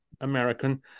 american